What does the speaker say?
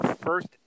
first